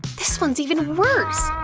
this one's even worse!